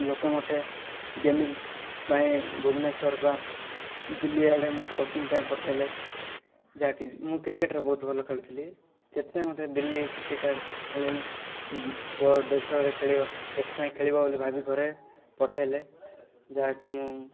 ଲୋକ ମୋତେ ଗେମିଙ୍ଗ ପାଇଁ ଭୁବନେଶ୍ୱର ବା ଦିଲ୍ଲୀ ଆଡ଼େ ମୋତେ କୋଚିଙ୍ଗ ପାଇଁ ପଠେଇଲେ ଯାହାକି ମୁଁ କ୍ରିକେଟ୍ରେ ବହୁତ ଭଲ ଖେଳୁଥିଲି ସେଥିପାଇଁ ମୋତେ ଦିଲ୍ଲୀ କ୍ରିକେଟ୍ର ଖେଳେଇଲେ ଉଁ ପରଦେଶରେ ଖେଳିବ ଦେଶପାଇଁ ଖେଳିବ ବୋଲି ଭାବି ପଠେଇଲେ ଯାହାକି ମୁଁ